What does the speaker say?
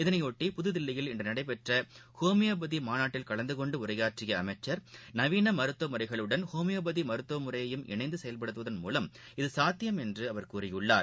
இதனைபொட்டி புதுதில்லியில் இன்று நடைபெற்ற ஹோமியோபதி மாநாட்டில் கலந்து கொண்டு உரையாற்றிய அமைச்சர் நவீன மருத்துவ முறைகளுடன் ஹோமியோபதி மருத்துவமுறையும் இணைந்து செயல்படுவதன் மூலம் இது சாத்தியம் என்று அவர் கூறியுள்ளார்